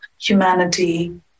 humanity